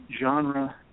genre